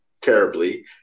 terribly